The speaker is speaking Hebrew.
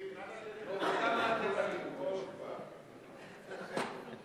עזוב, אני עוד לא,